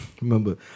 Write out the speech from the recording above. Remember